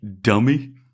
dummy